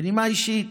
בנימה אישית,